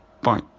Bye